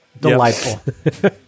Delightful